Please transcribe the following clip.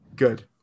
good